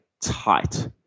tight